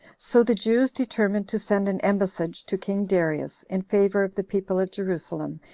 so the jews determined to send an embassage to king darius, in favor of the people of jerusalem,